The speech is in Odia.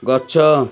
ଗଛ